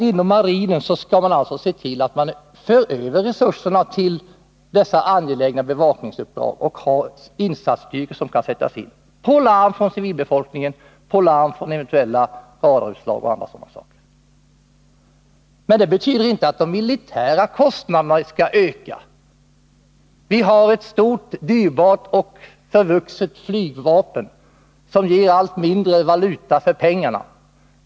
Inom marinen skall man se till att man för över resurserna till sådana angelägna bevakningsuppdrag, så att man kan sätta in bevakning på larm från civilbefolkningen, efter larm på grund av eventuella radarutslag och andra sådana saker. Det betyder inte att de militära kostnaderna skall öka. Vi har ett stort, dyrbart och förvuxet flygvapen, som ger allt mindre valuta för pengarna.